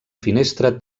finestra